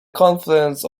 confluence